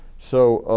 so